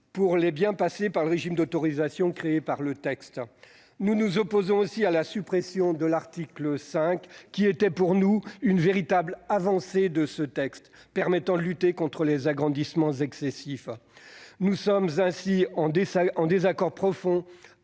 pour les biens passés par le régime d'autorisation créé par le texte. Nous nous opposons aussi à la suppression de l'article 5, qui représentait selon nous une véritable avancée permettant de lutter contre les agrandissements excessifs. Nous sommes ici en désaccord profond